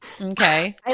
Okay